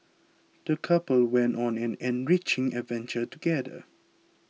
the couple went on an enriching adventure together